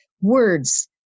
words